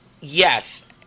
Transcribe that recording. Yes